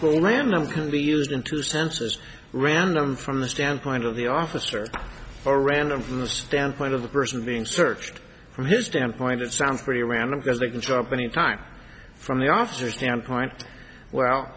lanham can be used in two senses random from the standpoint of the officer or random from the standpoint of the person being searched from his standpoint it sounds pretty random because they can show up any time from the officer standpoint well